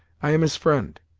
i am his friend.